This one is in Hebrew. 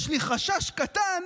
יש לי חשש קטן